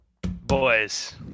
Boys